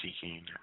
seeking